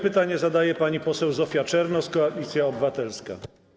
Pytanie zadaje pani poseł Zofia Czernow, Koalicja Obywatelska.